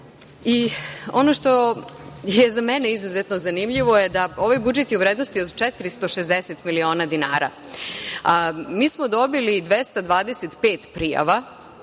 i ono što je za mene izuzetno zanimljivo je da je ovaj budžet u vrednosti od 460 miliona dinara. Mi smo dobili 225 prijava